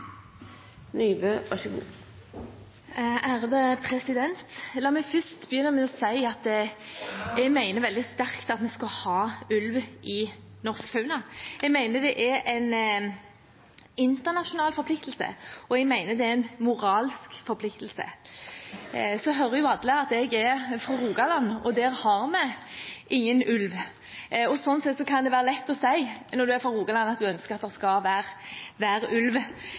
moralsk forpliktelse. Så hører alle at jeg er fra Rogaland, og der har vi ingen ulv. Sånn sett kan det være lett å si, når man er fra Rogaland, at man ønsker at det skal være ulv